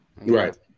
right